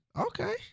okay